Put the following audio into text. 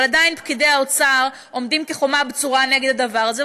אבל עדיין פקידי האוצר עומדים כחומה בצורה נגד הדבר הזה,